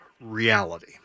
reality